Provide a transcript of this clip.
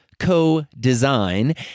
co-design